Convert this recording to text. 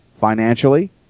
financially